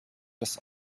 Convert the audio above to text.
des